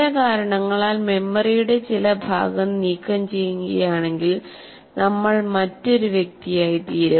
ചില കാരണങ്ങളാൽ മെമ്മറിയുടെ ചില ഭാഗം നീക്കംചെയ്യുകയാണെങ്കിൽ നമ്മൾ മറ്റൊരു വ്യക്തിയായിത്തീരും